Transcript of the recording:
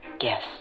Yes